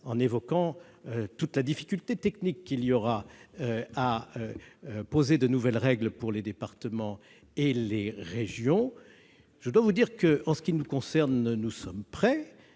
en invoquant toute la difficulté technique qu'il y aura à poser de nouvelles règles pour les départements et les régions. En ce qui nous concerne, nous sommes prêts.